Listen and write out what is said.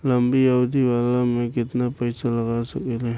लंबी अवधि वाला में केतना पइसा लगा सकिले?